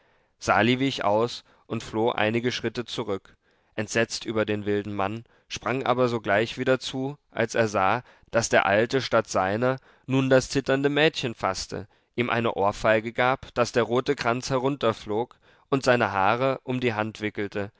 sali wich aus und floh einige schritte zurück entsetzt über den wilden mann sprang aber sogleich wieder zu als er sah daß der alte statt seiner nun das zitternde mädchen faßte ihm eine ohrfeige gab daß der rote kranz herunterflog und seine haare um die hand wickelte